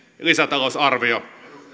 lisätalousarvio